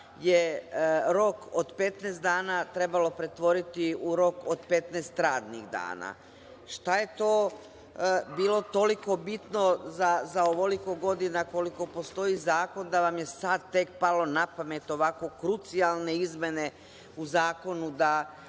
je rok od 15 dana trebalo pretvoriti u rok od 15 radnih dana? Šta je to bilo toliko bitno za ovoliko godina koliko postoji zakon, da vam je sad tek palo napamet ovako krucijalne izmene u zakon da